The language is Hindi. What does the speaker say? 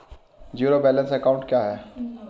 ज़ीरो बैलेंस अकाउंट क्या है?